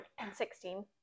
16